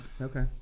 okay